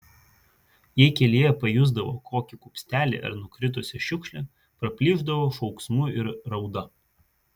jei kelyje pajusdavo kokį kupstelį ar nukritusią šiukšlę praplyšdavo šauksmu ir rauda